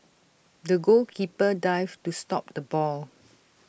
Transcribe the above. the goalkeeper dived to stop the ball